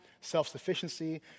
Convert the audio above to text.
self-sufficiency